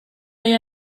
dig